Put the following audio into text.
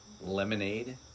Lemonade